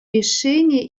решения